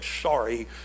sorry